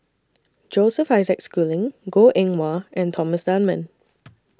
Joseph Isaac Schooling Goh Eng Wah and Thomas Dunman